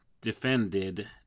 defended